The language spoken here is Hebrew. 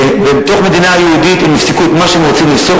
ובתוך המדינה היהודית הם יפסקו את מה שהם רוצים לפסוק,